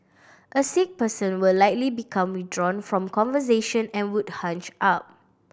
a sick person will likely become withdrawn from conversation and would hunch up